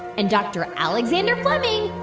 and dr. alexander fleming,